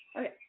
Okay